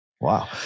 Wow